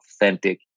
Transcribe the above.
authentic